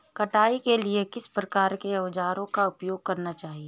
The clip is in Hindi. कटाई के लिए किस प्रकार के औज़ारों का उपयोग करना चाहिए?